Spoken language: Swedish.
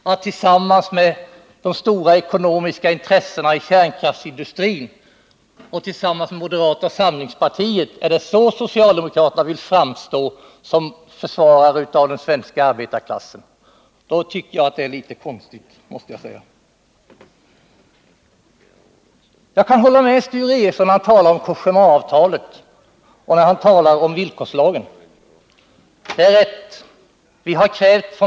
Vill de tillsammans med de stora ekonomiska intressena i kärnkraftsindustrin och tillsammans med moderata samlingspartiet framstå såsom försvarare av den svenska arbetarklassen? Då tycker jag att det är litet konstigt. Jag kan hålla med Sture Ericson, när han talar om Cogémaavtalet och om villkorslagen. Det är rätt.